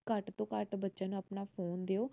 ਘੱਟ ਤੋਂ ਘੱਟ ਬੱਚੇ ਨੂੰ ਆਪਣਾ ਫੋਨ ਦਿਓ